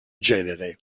genere